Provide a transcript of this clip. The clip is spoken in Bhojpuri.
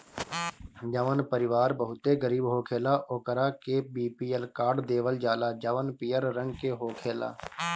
जवन परिवार बहुते गरीब होखेला ओकरा के बी.पी.एल कार्ड देवल जाला जवन पियर रंग के होखेला